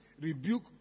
rebuke